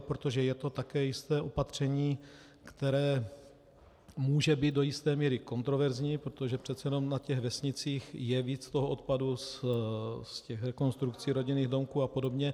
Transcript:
Protože je to také jisté opatření, které může být do jisté míry kontroverzní, protože přece jenom na těch vesnicích je víc toho odpadu z rekonstrukcí rodinných domků a podobně.